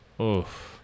oof